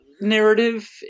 narrative